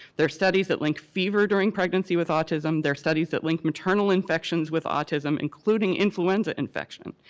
there are studies that link fever during pregnancy with autism. there are studies that link maternal infections with autism, including influenza infection.